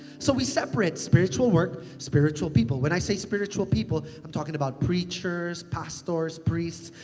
so, we separate spiritual work, spiritual people. when i say spiritual people, i'm talking about preachers, pastors, priests,